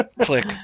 Click